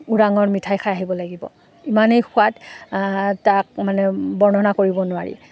ওৰাঙৰ মিঠাই খাই আহিব লাগিব ইমানেই সোৱাদ তাক মানে বৰ্ণনা কৰিব নোৱাৰি